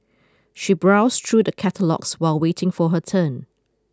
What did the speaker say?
she browsed through the catalogues while waiting for her turn